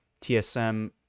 TSM